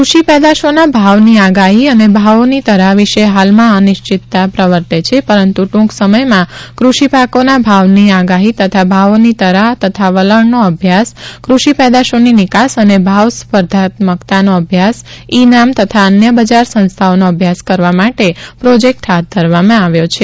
કૃષિ પેદાશોના ભાવની આગાહી તથા ભાવોની તરાહ વિશે હાલમાં અનિશ્ચિતતા પ્રવર્તે છે પરંતુ ટૂંક સમયમાં કૃષિપાકોના ભાવની આગાહી તથા ભાવોની તરાહ તથા વલણનો અભ્યાસ કૃષિ પેદાશોની નિકાસ અને ભાવ સ્પર્ધાત્મકતાનો અભ્યાસ ઇ નામ તથા અન્ય બજાર સંસ્થાઓનો અભ્યાસ કરવા માટે પ્રોજેક્ટ હાથ ધરવામાં આવ્યો છે